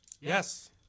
Yes